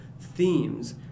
themes